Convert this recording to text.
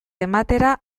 ematera